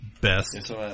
Best